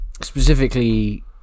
Specifically